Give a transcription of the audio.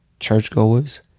churchgoers,